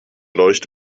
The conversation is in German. leuchte